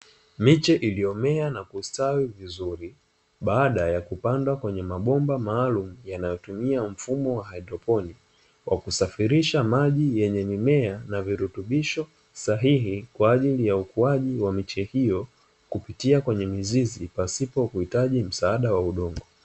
Miche iloyomea na kustawi vizuri baada ya kupandwa kwenye mabomba maalumu yanayo tumia mfumo wa haidroponiki yanayo safirisha maji kwenye mimea yenye virutubisho sahihi kwa ajili ya ukuwaji wa mimea hiyo kwenye mizizi pasina kuhitaji msaada wa udongo.